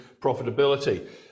profitability